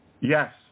Yes